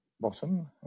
bottom